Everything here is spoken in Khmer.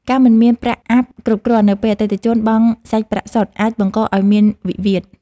ការមិនមានប្រាក់អាប់គ្រប់គ្រាន់នៅពេលអតិថិជនបង់សាច់ប្រាក់សុទ្ធ អាចបង្កឱ្យមានវិវាទ។